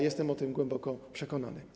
Jestem o tym głęboko przekonany.